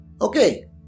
Okay